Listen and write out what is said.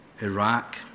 Iraq